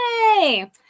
yay